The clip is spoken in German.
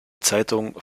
zeitung